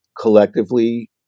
collectively